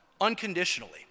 unconditionally